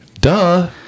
Duh